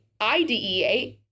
IDEA